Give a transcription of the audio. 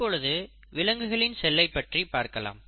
இப்பொழுது விலங்குகளின் செல்லை பற்றி பார்க்கலாம்